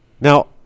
Now